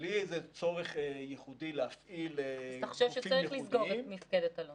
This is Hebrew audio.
בלי צורך ייחודי להפעיל חוקים ייחודיים.